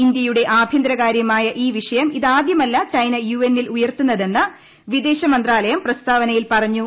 ഇന്ത്യയുടെ ആഭ്യന്തര കാര്യമായ ഈ വിഷയം ഇതാദൃമല്ല ചൈന യുഎന്നിൽ ഉയർത്തുന്നതെന്ന് വിദേശ മന്ത്രാലയം പ്രസ്താവനയിൽ പറഞ്ഞു